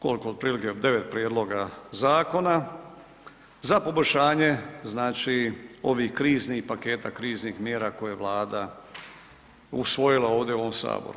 Kolko otprilike, 9 prijedloga zakona za poboljšanje, znači ovih kriznih paketa, kriznih mjera koje je Vlada usvojila ovdje u ovom saboru.